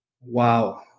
Wow